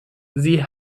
sie